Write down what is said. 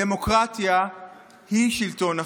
דמוקרטיה היא שלטון החוק.